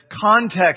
context